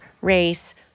race